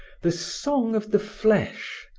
the song of the flesh,